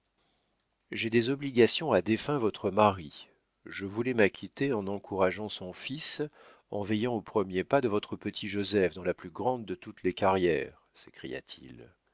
j'ai des obligations à défunt votre mari je voulais m'acquitter en encourageant son fils en veillant aux premiers pas de votre petit joseph dans la plus grande de toutes les carrières